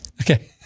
Okay